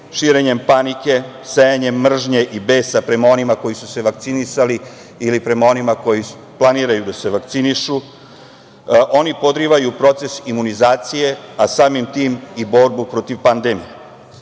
širenjem panike, sejanjem mržnje i besa prema onima koji su se vakcinisali ili prema onima koji planiraju da se vakcinišu, oni podrivaju proces imunizacije, a samim tim i borbu protiv pandemije. Arturo